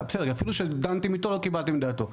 אפילו כשדנתם עם המשרד לא תמיד קיבלתם את דעתו.